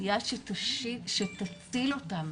יד שתציל אותם